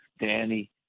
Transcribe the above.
Danny